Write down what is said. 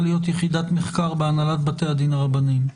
להיות יחידת מחקר בהנהלת בתי הדין הרבניים.